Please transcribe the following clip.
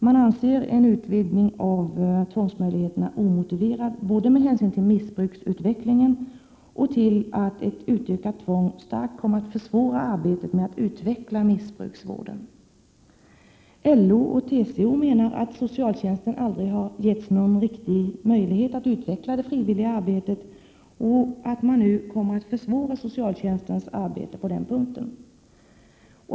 Man anser en utvidgning av tvångsmöjligheterna omotiverad med hänsyn både till missbruksutvecklingen och till att ett utökat tvång starkt kommer att försvåra arbetet med att utveckla missbrukarvården. LO och TCO menar att socialtjänsten aldrig har getts någon riktig Prot. 1987/88:136 möjlighet att utveckla det frivilliga arbetet och att man nu kommer att försvåra socialtjänstens arbete på den punkten.